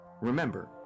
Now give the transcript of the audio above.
Remember